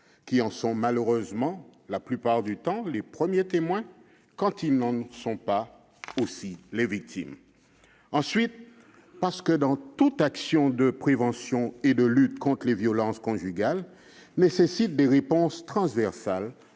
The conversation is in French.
qui en sont malheureusement, la plupart du temps, les premiers témoins, quand ils n'en sont pas aussi les victimes. Ensuite, parce que toute action de prévention et de lutte contre les violences conjugales nécessite des réponses transversales,